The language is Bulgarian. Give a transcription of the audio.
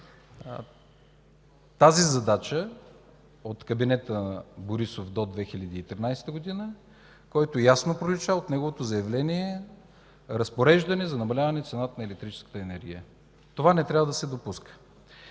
тази задача от кабинета Борисов до 2013 г., което ясно пролича от неговото заявление – разпореждане за намаляване цената на електрическата енергия. Това не трябва да се допуска.